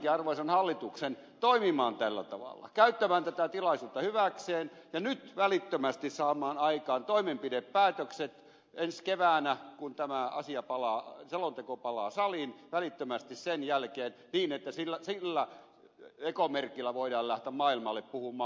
haastaisinkin arvoisan hallituksen toimimaan tällä tavalla käyttämään tätä tilaisuutta hyväkseen ja saamaan aikaan toimenpidepäätökset ensi keväänä välittömästi sen jälkeen kun tämä selonteko palaa saliin niin että sillä ekomerkillä voidaan lähteä maailmalle puhumaan muillekin järkeä